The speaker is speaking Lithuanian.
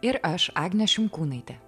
ir aš agnė šimkūnaitė